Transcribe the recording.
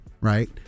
right